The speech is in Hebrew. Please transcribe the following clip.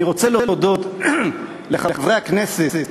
אני רוצה להודות לחברי הכנסת